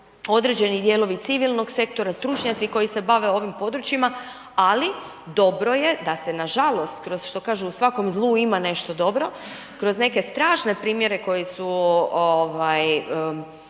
određeni dijelovi civilnog sektora, stručnjaci koji se bave ovim područjima. Ali dobro je da se nažalost kroz što kažu u svakom zlu ima nešto dobro, kroz neke strašne primjere koji su,